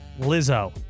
Lizzo